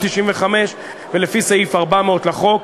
ולפי סעיף 400 לחוק,